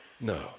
No